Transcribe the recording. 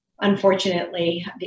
unfortunately